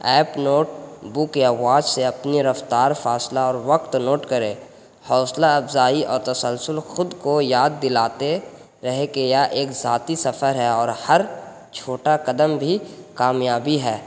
app notebook یا watch سے اپنی رفتار فاصلہ اور وقت نوٹ کرے حوصلہ افزائی اور تسلسل خود کو یاد دلاتے رہیں کہ ایک ذاتی سفر ہے اور ہر چھوٹا قدم بھی کامیابی ہے